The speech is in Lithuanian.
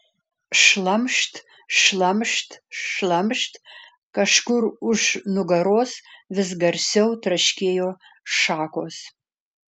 šlamšt šlamšt šlamšt kažkur už nugaros vis garsiau traškėjo šakos